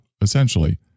essentially